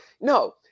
No